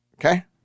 Okay